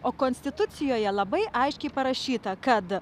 o konstitucijoje labai aiškiai parašyta kad